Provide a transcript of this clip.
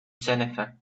jennifer